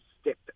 stick